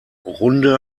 runde